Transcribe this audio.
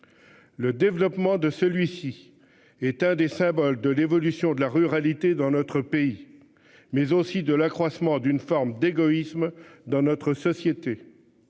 Le développement de celui-ci est un des symboles de l'évolution de la ruralité dans notre pays mais aussi de l'accroissement d'une forme d'égoïsme dans notre société.